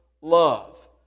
love